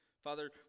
Father